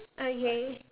okay